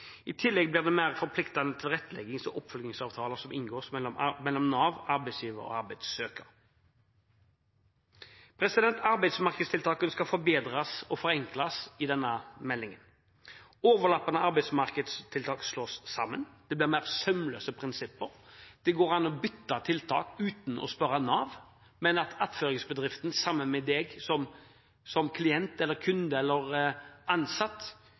I tillegg vil det opprettes mer forpliktende tilretteleggings- og oppfølgingsavtaler som inngås mellom Nav, arbeidsgiver og arbeidssøker. Arbeidsmarkedstiltakene skal forbedres og forenkles i denne meldingen. Overlappende arbeidsmarkedstiltak slås sammen, det blir mer sømløse prinsipper. Det går an å bytte tiltak uten å spørre Nav – at attføringsbedriften sammen med